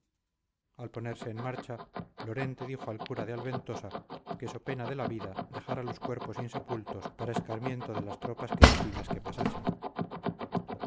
al ponerse en marcha lorente dijo al cura de alventosa que so pena de la vida dejara los cuerpos insepultos para escarmiento de las tropas cristinas que pasasen